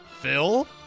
Phil